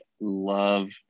love